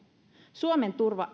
suomen turva